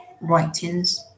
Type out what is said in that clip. writings